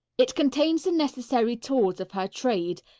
it contains the necessary tools of her trade,